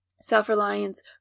Self-reliance